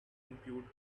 compute